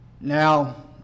Now